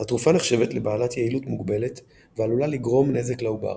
התרופה נחשבת לבעלת יעילות מוגבלת ועלולה לגרום נזק לעובר.